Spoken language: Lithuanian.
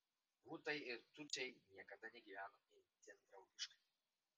hutai ir tutsiai niekada negyveno itin draugiškai